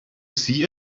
see